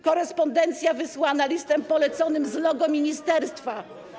Korespondencja wysłana listem poleconym z logo ministerstwa.